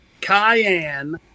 cayenne